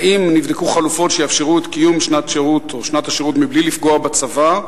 2. האם נבדקו חלופות שיאפשרו את קיום שנת השירות בלי לפגוע בצבא?